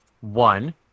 One